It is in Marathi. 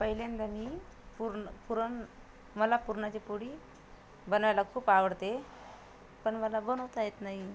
पहिल्यांदा मी पूर्ण पुरण मला पुरणाची पोळी बनवायला खूप आवडते पण मला बनवता येत नाही